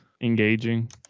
engaging